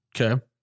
Okay